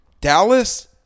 Dallas –